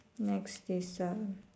next is uh